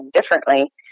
differently